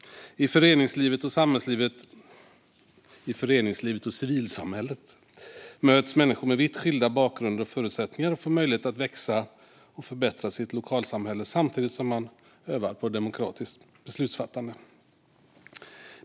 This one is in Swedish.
I föreningslivet och civilsamhället möts människor med vitt skilda bakgrunder och förutsättningar och får möjlighet att växa och förbättra sitt lokalsamhälle samtidigt som man övar på demokratiskt beslutsfattande.